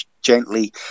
gently